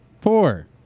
four